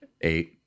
eight